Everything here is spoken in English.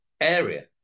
area